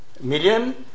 million